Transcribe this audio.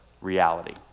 reality